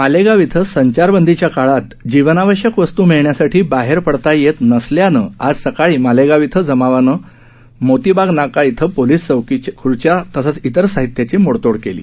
मालेगाव इथं संचारबंदीच्या काळात जीवनावश्यक वस्तू मिळवण्यासाठी बाहेर पडता येत नसल्यानं आज सकाळी मालेगाव इथं जमावानं आज सकाळी मोतीबाग नाका इथं पोलीस चौकीत खूर्च्या तसेच इतर साहित्याची मोडतोड केली